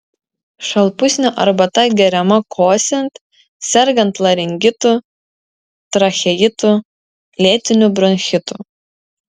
šalpusnio arbata geriama kosint sergant laringitu tracheitu lėtiniu bronchitu